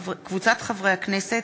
התשע"ד 2014, מאת חברי הכנסת